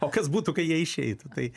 o kas būtų kai jie išeitų tai